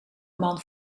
man